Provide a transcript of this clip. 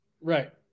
Right